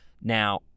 Now